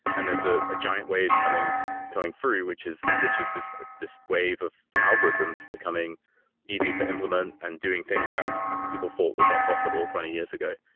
and there's ah a giant wave coming coming through, which is which is this this wave or algorithms becoming easier to implement and doing things that people thought were not possible twenty years ago.